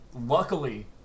Luckily